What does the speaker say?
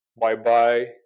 bye-bye